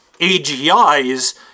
AGI's